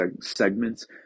segments